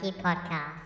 podcast